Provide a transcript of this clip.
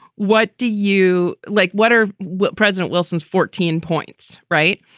what do you like? what are what? president wilson's fourteen points. right.